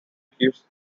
keeps